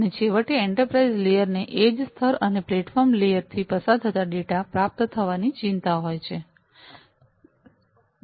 અને છેવેટે enterprise layer ને એડ્જ સ્તર અને પ્લેટફોર્મ લેયર થી પસાર થતાં ડેટા પ્રાપ્ત થવાની ચિંતા હોય છે